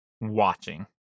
watching